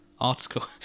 article